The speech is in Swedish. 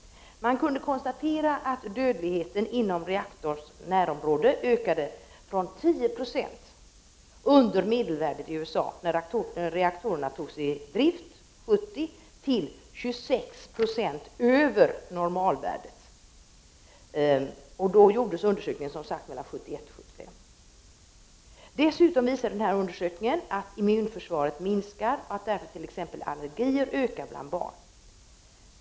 Man kunde konstatera att dödligheten inom reaktorns närområde ökade från 10 26 under medelvärdet i USA när reaktorn togs i drift 1970 till 26 96 över normalvärdet 1975. Dessutom visade undersökningen att immunförsvaret minskar och allergierna ökar bland barn.